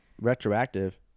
Retroactive